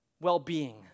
well-being